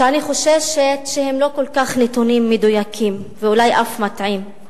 שאני חוששת שהם לא כל כך מדויקים ואולי אף מטעים.